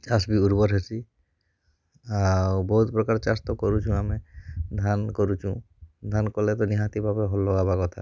ଚାଷ ବି ଉର୍ବର ହେସି ଆଉ ବହୁତ ପ୍ରକାର ଚାଷ ତ କରୁଛୁ ଆମେ ଧାନ କରୁଛୁ ଧାନ କଲେ ତ ନିହାତି ଭାବେ ଭଲ ହବା କଥା